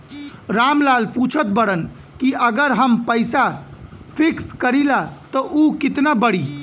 राम लाल पूछत बड़न की अगर हम पैसा फिक्स करीला त ऊ कितना बड़ी?